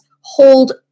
hold